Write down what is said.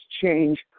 change